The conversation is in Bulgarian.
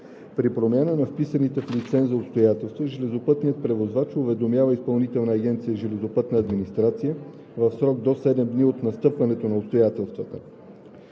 При промяна на вписаните в лицензията обстоятелства железопътният превозвач уведомява Изпълнителна агенция „Железопътна администрация“ в срок до 7 дни от настъпването на обстоятелствата.